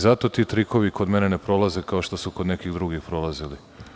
Zato ti trikovi kod mene ne prolaze kao što su kod nekih drugih prolazili.